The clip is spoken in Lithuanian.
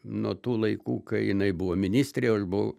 nuo tų laikų kai jinai buvo ministrė o aš buvau